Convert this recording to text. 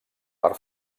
per